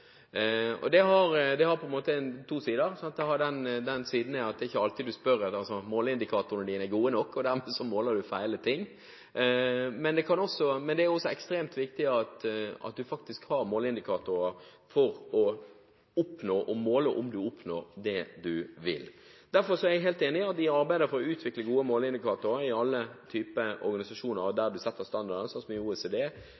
blir opptatt av å levere på. Det har to sider. Den ene siden er at det er ikke alltid måleindikatorene er gode nok, og dermed måler man feil. Det er også ekstremt viktig at man har måleindikatorer for å kunne måle om man oppnår det man vil. Derfor er jeg helt enig i at vi arbeider for å utvikle gode måleindikatorer i alle slags organisasjoner der man setter standarder, som i OECD og